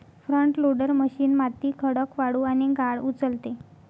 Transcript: front loader machine माती, खडक, वाळू आणि गाळ उचलते